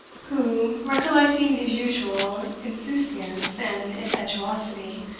who, recollecting his usual insouciance and impetuosity,